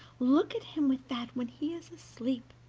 look at him with that when he is asleep,